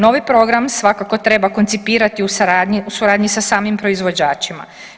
Novi program svakako treba koncipirati u suradnji sa samim proizvođačima.